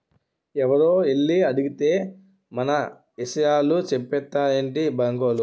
ఎవరో ఎల్లి అడిగేత్తే మన ఇసయాలు సెప్పేత్తారేటి బాంకోలు?